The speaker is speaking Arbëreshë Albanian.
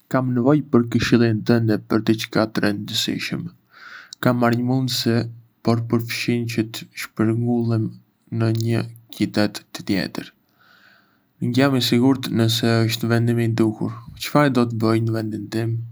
Kam nevojë për këshillën tënde për diçka të rëndësishme... kam marrë një mundësi, por përfshin çë të shpërngulem në një qytet tjetër. Ngë jam i sigurt nëse është vendimi i duhur. Çfarë do të bëje në vendin tim?